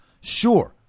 sure